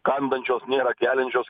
kandančios nėra geliančios